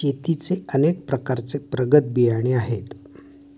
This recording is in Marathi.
शेतीचे अनेक प्रकारचे प्रगत बियाणे आहेत